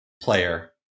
player